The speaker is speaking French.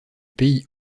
pays